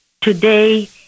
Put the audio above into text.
Today